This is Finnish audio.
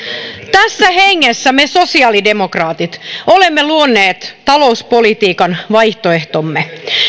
tässä hengessä me sosiaalidemokraatit olemme luoneet talouspolitiikan vaihtoehtomme